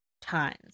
times